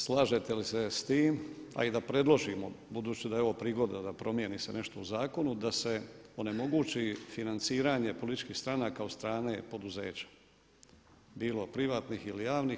Slažete li se s tim, a i da predložimo budući da je ovo prigoda da promijeni se nešto u zakonu, da se onemogući financiranje političkih stranaka od strane poduzeća, bilo privatnih ili javnih.